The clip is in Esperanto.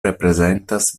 reprezentas